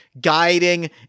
guiding